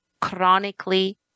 chronically